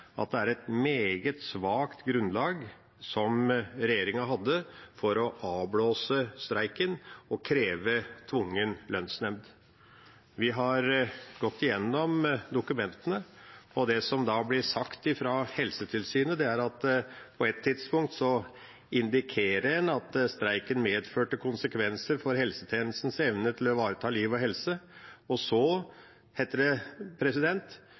avblåse streiken og kreve tvungen lønnsnemnd. Vi har gått gjennom dokumentene. Det som blir sagt fra Helsetilsynet, er at en på et tidspunkt indikerer at streiken medførte konsekvenser for helsetjenestens evne til å ivareta liv og helse. Så heter det